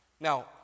Now